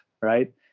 right